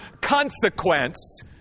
consequence